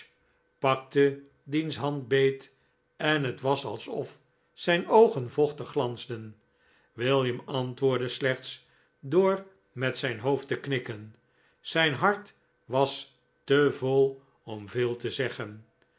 pakte diens hand beet en het was alsof zijn oogen vochtig glansden william antwoordde slechts door met zijn hoofd te knikken zijn hart was te vol om veel te zeggen